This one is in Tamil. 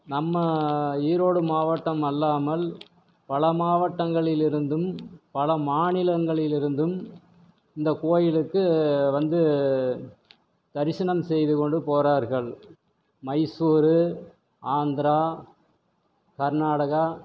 நம்ம ஈரோடு மாவட்டம் அல்லாமல் பல மாவட்டங்களில் இருந்தும் பல மாநிலங்களில் இருந்தும் இந்த கோயிலுக்கு வந்து தரிசனம் செய்து கொண்டு போகிறார்கள் மைசூர் ஆந்திரா கர்நாடகா